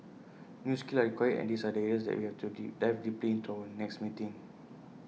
new skills are required and these are that areas we have to dive deeply into in our next meeting